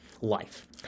life